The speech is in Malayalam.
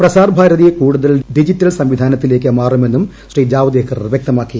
പ്രസാർ ഭാരതി കൂടുതൽ ഡിജിറ്റൽ സംവിധാനത്തിലേക്ക് മാറുമെന്നും ശ്രീ ജാവ്ദേക്കർ വ്യക്തമാക്കി